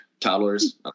Toddlers